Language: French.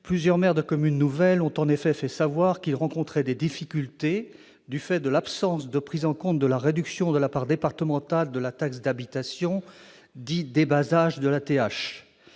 Plusieurs maires de communes nouvelles ont fait savoir qu'ils rencontraient des difficultés du fait de l'absence de prise en compte de la réduction de la part départementale de la taxe d'habitation, ce que l'on